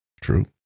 True